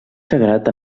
sagrat